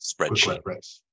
spreadsheet